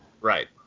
Right